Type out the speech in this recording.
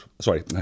sorry